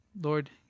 Lord